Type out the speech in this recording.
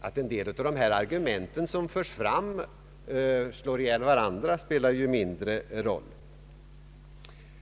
Att en del av de framförda argumenten slår ihjäl varandra spelar mindre roll.